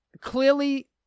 Clearly